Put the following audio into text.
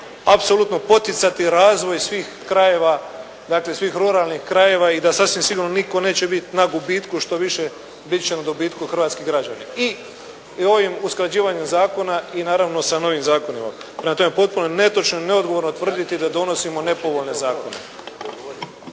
apsolutno poticati razvoj svih krajeva, dakle svih ruralnih krajeva i da sasvim sigurno nitko neće biti na gubitku, što više biti će na dobitku hrvatskim građanima i ovim usklađivanjem zakona i naravno sa novim zakonima. Prema tome potpuno je netočno i neodgovorno tvrditi da donosimo nepovoljne zakone.